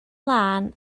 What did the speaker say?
lân